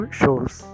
shows